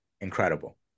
incredible